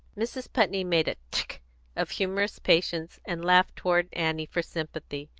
mrs. putney made a tchk of humorous patience, and laughed toward annie for sympathy.